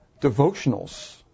devotionals